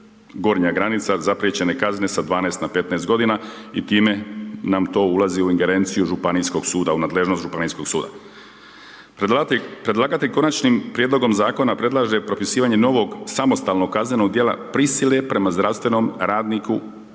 gornja granica zapriječene kazne sa 12 na 15 godina i time nam to ulazi u ingerenciju županijskog suda, u nadležnost županijskog suda. Predlagatelj konačnim prijedlogom zakona predlaže propisivanje novog samostalnog kaznenog djela prisile prema zdravstvenom radniku